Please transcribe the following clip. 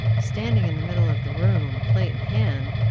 standing in the middle of the room, plate in hand,